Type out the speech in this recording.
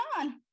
on